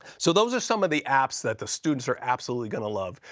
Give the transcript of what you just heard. so, those are some of the apps that the students are absolutely gonna love.